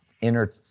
inner